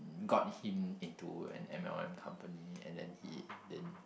got him into an m_l_m company and then he didn't